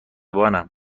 بانم